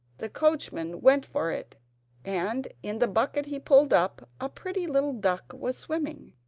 the coachman went for it and, in the bucket he pulled up, a pretty little duck was swimming.